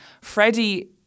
Freddie